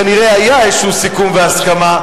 כנראה היה איזה סיכום והסכמה.